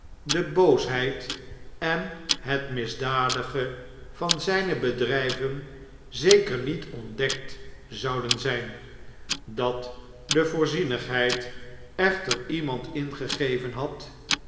de boosheid en het misdadige van zpebedrgvenzekerniet ontdekt zouden zjjn dat de voorzienigheid echter iemand ingegeven had